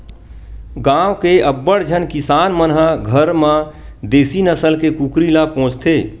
गाँव के अब्बड़ झन किसान मन ह घर म देसी नसल के कुकरी ल पोसथे